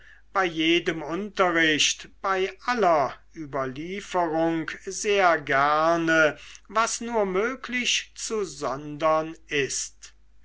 bei jedem unterricht bei aller überlieferung sehr gerne was nur möglich zu sondern ist